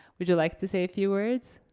would you like to say a few words?